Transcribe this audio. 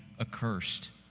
accursed